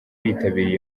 bitabiriye